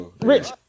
rich